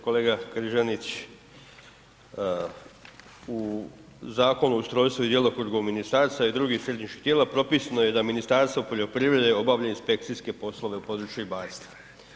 Kolega Krizanić u Zakonu o ustrojstvu i djelokrugu ministarstva i drugih središnjih tijela propisano je da Ministarstvo poljoprivrede obavlja inspekcijske poslove u području ribarstva.